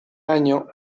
año